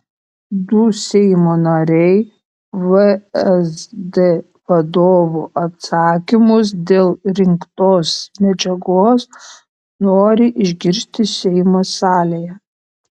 du seimo nariai vsd vadovo atsakymus dėl rinktos medžiagos nori išgirsti seimo salėje